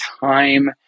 time